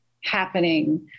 happening